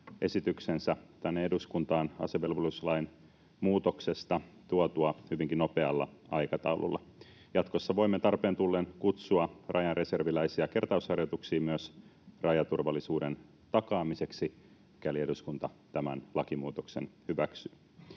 muutoksesta tänne eduskuntaan tuotua hyvinkin nopealla aikataululla. Jatkossa voimme tarpeen tullen kutsua Rajan reserviläisiä kertausharjoituksiin myös rajaturvallisuuden takaamiseksi, mikäli eduskunta tämän lakimuutoksen hyväksyy.